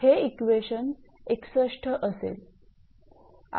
हे इक्वेशन 61 असेल